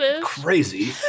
crazy